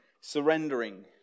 surrendering